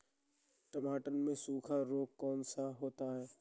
टमाटर में सूखा रोग कौन सा होता है?